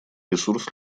ресурс